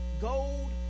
gold